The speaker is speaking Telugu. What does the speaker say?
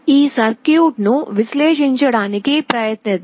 ఈ సర్క్యూట్ను విశ్లేషించడానికి ప్రయత్నిద్దాం